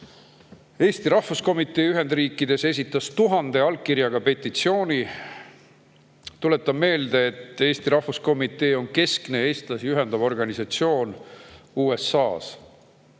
Eesti Rahvuskomitee Ühendriikides esitas 1000 allkirjaga petitsiooni. Tuletan meelde, et Eesti rahvuskomitee on keskne eestlasi ühendav organisatsioon USA‑s.